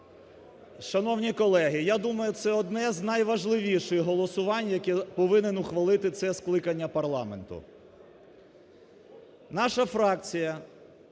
Шановні колеги, я думаю, це одне з найважливіших голосувань, яке повинно ухвалити це скликання парламенту. Наша фракція